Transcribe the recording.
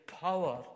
power